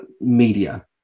media